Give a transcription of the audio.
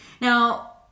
now